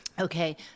Okay